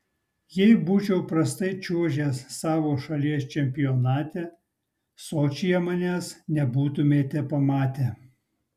jei būčiau prastai čiuožęs savo šalies čempionate sočyje manęs nebūtumėte pamatę